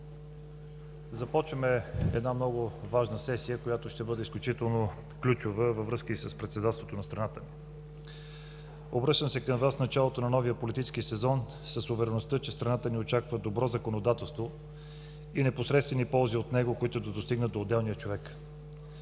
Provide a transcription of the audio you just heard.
Започваме една много важна сесия, която ще бъде изключително ключова във връзка и с председателството на страната ни. Обръщам се към Вас в началото на новия политически сезон с увереността, че страната ни очаква добро законодателство и непосредствени ползи от него, които да достигнат до отделния човек.